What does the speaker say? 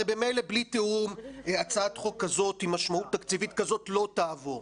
הרי ממילא בלי תיאום הצעת חוק כזאת עם משמעות תקציבית כזאת לא תעבור.